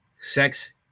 Sex